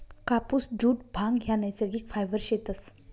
कापुस, जुट, भांग ह्या नैसर्गिक फायबर शेतस